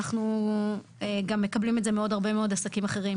אנחנו גם מקבלים את זה מעוד הרבה מאוד עסקים אחרים,